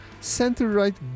center-right